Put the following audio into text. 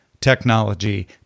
technology